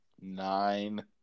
nine